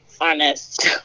honest